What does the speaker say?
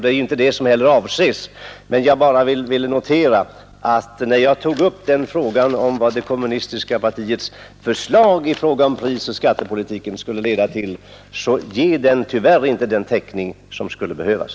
Det är inte heller det som avses, men jag tog upp det kommunistiska partiets förslag i fråga om prisoch skattepolitiken för att visa att det tyvärr inte ger den täckning för inkomstbortfallet som skulle behövas.